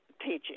teaching